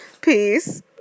Peace